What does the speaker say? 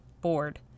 board